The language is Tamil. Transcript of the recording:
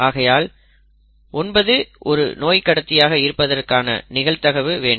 ஆகையால் ஒன்பது ஒரு நோய் கடத்தியாக இருப்பதற்கான நிகழ்தகவு வேண்டும்